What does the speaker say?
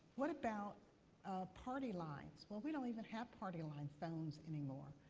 what about party lines? well, we don't even have party line phones anymore.